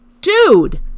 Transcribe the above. dude